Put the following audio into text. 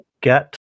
get